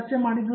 ನಿರ್ಮಲ ಹೌದು